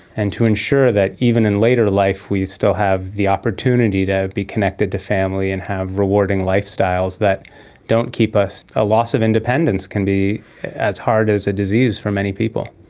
and to ensure that even in later life we still have the opportunity to be connected to family and have rewarding lifestyles that don't keep us, a loss of independence can be as hard as a disease for many people.